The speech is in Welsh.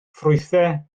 ffrwythau